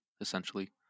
Essentially